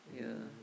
yeah